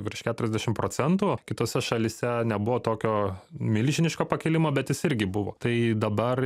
virš keturiasdešim procentų kitose šalyse nebuvo tokio milžiniško pakilimo bet jis irgi buvo tai dabar